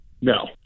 No